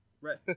Right